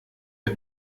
der